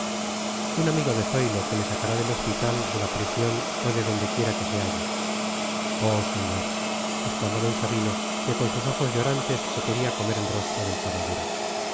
un amigo de zoilo que le sacará del hospital de la prisión o de dondequiera que se halle oh señor exclamó d sabino que con sus ojos llorantes se quería comer el rostro del caballero